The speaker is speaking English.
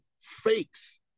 fakes